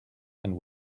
and